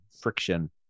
friction